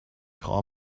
call